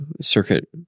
circuit